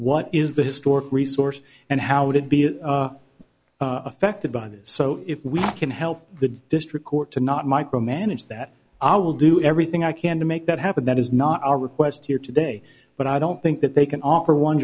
what is the historic resource and how would it be affected by this so if we can help the district court to not micromanage that i will do everything i can to make that happen that is not our request here today but i don't think that they can offer one